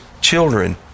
children